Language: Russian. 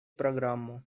программу